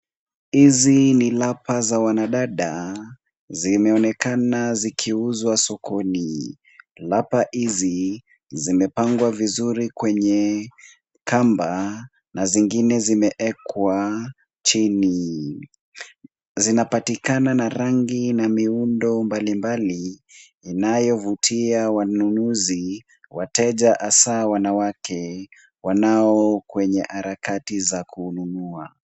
Hizi ni lapa za wanadada zimeonekana zikiuzwa sokoni. Lapa hizi zimepangwa vizuri kwenye kamba na zingine zimeekwa chini. Zinapatikana na rangi na miundo mbalimbali inayovutia wanunuzi, wateja hasa wanawake wanao kwenye harakati za kununua.